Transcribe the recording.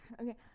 okay